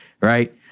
right